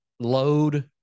load